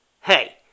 Hey